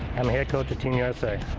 i'm head coach of team usa.